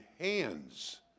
hands